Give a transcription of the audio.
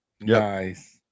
Nice